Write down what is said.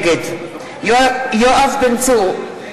נגד יואב בן צור,